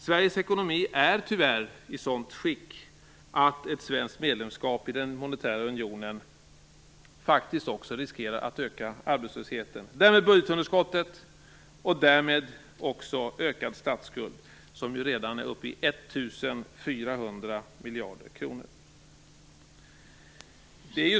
Sveriges ekonomi är tyvärr i ett sådant skick att ett svenskt medlemskap i den monetära unionen faktiskt också riskerar att öka arbetslösheten och därmed budgetunderskottet och statsskulden, vilken redan är uppe i 1 400 miljarder kronor.